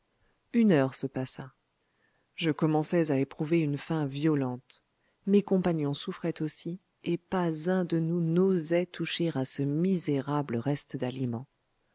une heure se passa je commençais à éprouver une faim violente mes compagnons souffraient aussi et pas un de nous n'osait toucher à ce misérable reste d'aliments